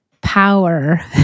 power